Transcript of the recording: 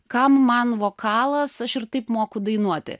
kam man vokalas aš ir taip moku dainuoti